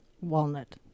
walnut